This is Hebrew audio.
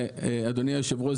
ואדוני היושב-ראש,